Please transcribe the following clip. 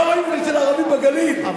לא רואים אצל הערבים בגליל,